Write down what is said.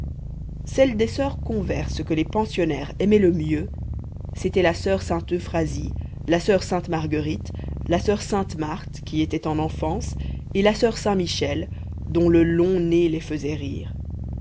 celles des soeurs converses que les pensionnaires aimaient le mieux c'étaient la soeur sainte euphrasie la soeur sainte-marguerite la soeur sainte marthe qui était en enfance et la soeur saint-michel dont le long nez les faisait rire